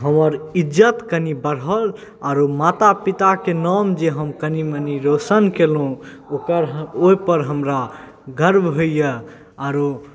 हमर इज्जति कनि बढ़ल आओर माता पिताके नाम जे हम कनि मनि रोशन केलहुँ ओकर ओहिपर हमरा गर्व होइए आओर